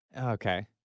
okay